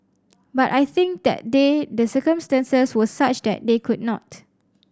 but I think that day the circumstances were such that they could not